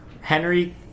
Henry